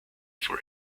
for